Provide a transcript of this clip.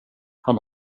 han